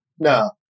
No